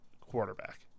quarterback